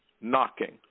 knocking